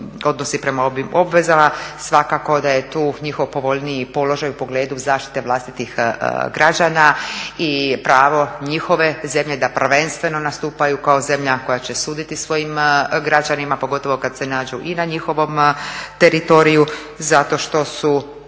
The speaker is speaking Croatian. ovim obvezama. Svakako da je tu njihov povoljniji položaj u pogledu zaštite vlastitih građana i pravo njihove zemlje da prvenstveno nastupaju kao zemlja koja će suditi svojim građanima, pogotovo kad se nađu i na njihovom teritoriju zato što su